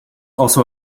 also